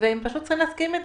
והם פשוט צריכים להסכים על זה.